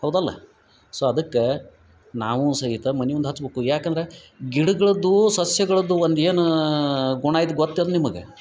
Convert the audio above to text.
ಹೌದಲ್ಲಾ ಸೊ ಅದಕ್ಕೆ ನಾವು ಸಹಿತ ಮನೆ ಮುಂದ ಹಚ್ಬೇಕು ಯಾಕಂದ್ರ ಗಿಡ್ಗಳದ್ದೂ ಸಸ್ಯಗಳದ್ದು ಒಂದೇನಾ ಗುಣ ಐತಿ ಗೊತ್ತಿಲ್ಲ ನಿಮಗೆ